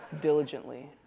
diligently